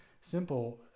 simple